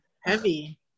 heavy